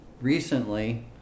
recently